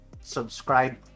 subscribe